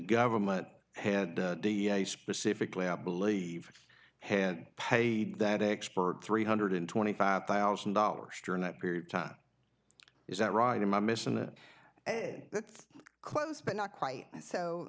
government had specifically i believe have paid that expert three hundred and twenty five thousand dollars during that period of time is that right am i missing that that's close but not quite so